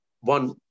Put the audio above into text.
One